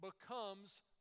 becomes